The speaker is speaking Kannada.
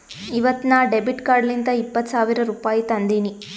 ಇವತ್ ನಾ ಡೆಬಿಟ್ ಕಾರ್ಡ್ಲಿಂತ್ ಇಪ್ಪತ್ ಸಾವಿರ ರುಪಾಯಿ ತಂದಿನಿ